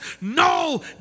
no